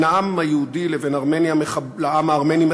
בין העם היהודי לבין העם הארמני,